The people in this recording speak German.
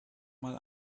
mal